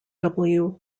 lawrence